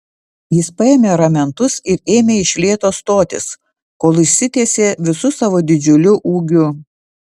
jis paėmė ramentus ir ėmė iš lėto stotis kol išsitiesė visu savo didžiuliu ūgiu